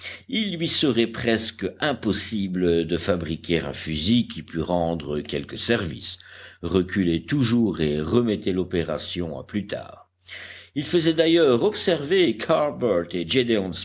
il lui serait presque impossible de fabriquer un fusil qui pût rendre quelque service reculait toujours et remettait l'opération à plus tard il faisait d'ailleurs observer